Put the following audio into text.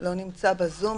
נמצא בזום?